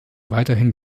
weiterhin